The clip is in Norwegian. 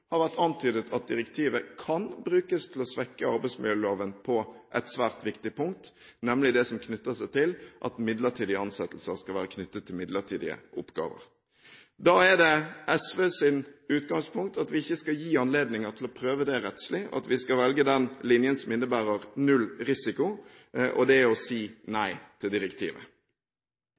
har vært antydet at direktivet kan brukes til å svekke arbeidsmiljøloven på et svært viktig punkt, nemlig det som knytter seg til at midlertidige ansettelser skal være knyttet til midlertidige oppgaver. SVs utgangspunkt er at vi ikke skal gi anledning til å prøve det rettslig, at vi skal velge den linjen som innebærer null risiko, og det er å si nei til direktivet.